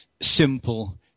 simple